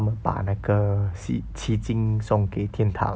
他们把那个奇景送给天堂